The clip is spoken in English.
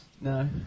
No